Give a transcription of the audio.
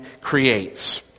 creates